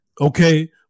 okay